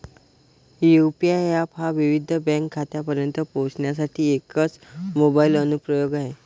UPI app हा विविध bank खात्यांपर्यंत पोहोचण्यासाठी एकच मोबाइल अनुप्रयोग आहे